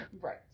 Right